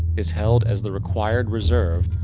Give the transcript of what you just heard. is held as the required reserve.